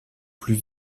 plus